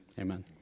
Amen